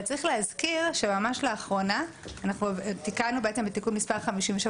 צריך להזכיר שממש לאחרונה אנחנו תיקנו בעצם בתיקון מס' 57